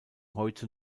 heute